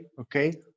okay